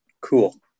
Cool